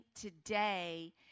today